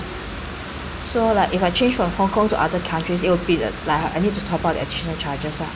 so like if I change from hong kong to other countries it will be uh like I need to top up additional charges lah